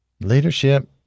Leadership